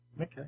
Okay